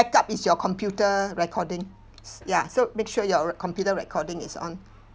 backup is your computer recording s~ yeah so make sure r~ your computer recording is on